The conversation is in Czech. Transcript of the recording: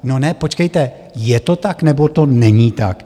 No ne, počkejte, je to tak, nebo to není tak?